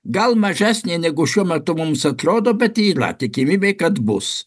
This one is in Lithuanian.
gal mažesnė negu šiuo metu mums atrodo bet yra tikimybė kad bus